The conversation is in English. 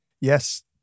Yes